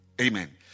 Amen